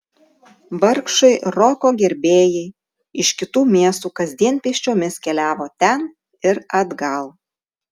vargšai roko gerbėjai iš kitų miestų kasdien pėsčiomis keliavo ten ir atgal